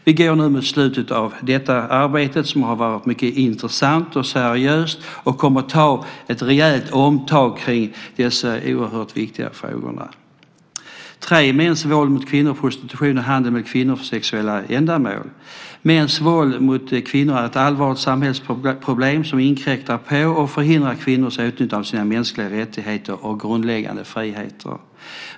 Vi går nu mot slutet av detta arbete som har varit mycket intressant och seriöst och kommer att rejält ta tag i dessa oerhört viktiga frågor. För det tredje gäller det mäns våld mot kvinnor, prostitution och handel med kvinnor för sexuella ändamål. Mäns våld mot kvinnor är ett allvarligt samhällsproblem som inkräktar på och förhindrar kvinnors utnyttjande av sina mänskliga rättigheter och grundläggande friheter.